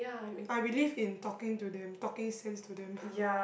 I believe in talking to them talking sense to them